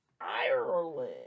Ireland